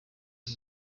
ibi